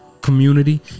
community